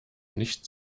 nicht